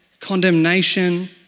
condemnation